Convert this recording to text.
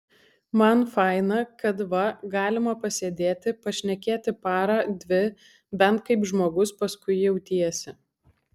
man faina kad va galima pasėdėti pašnekėti parą dvi bent kaip žmogus paskui jautiesi